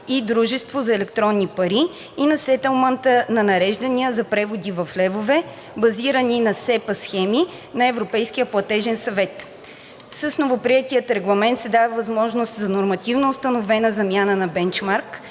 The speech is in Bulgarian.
и дружество за електронни пари, и на сетълмента на нареждания за преводи в левове, базирани на SEPA схеми на Европейския платежен съвет. С новоприетия Регламент се дава възможност за нормативно установена замяна на бенчмарк,